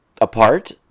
apart